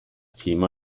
thema